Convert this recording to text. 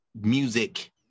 music